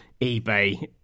eBay